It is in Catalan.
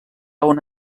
una